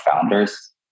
founders